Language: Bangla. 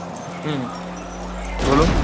হুম বলুন